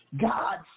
God